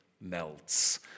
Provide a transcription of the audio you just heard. melts